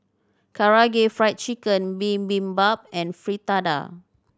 Karaage Fried Chicken Bibimbap and Fritada